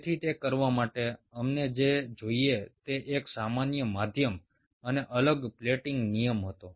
તેથી તે કરવા માટે અમને જે જોઈએ તે એક સામાન્ય માધ્યમ અને અલગ પ્લેટિંગ નિયમ હતો